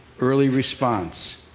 early response.